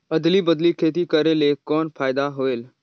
अदली बदली खेती करेले कौन फायदा होयल?